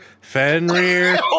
Fenrir